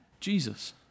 Jesus